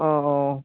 ও